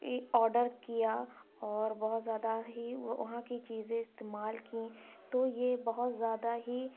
order کیا اور بہت زیادہ ہی وہاں کی چیزیں استعمال کیں تو یہ بہت زیادہ ہی